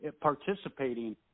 participating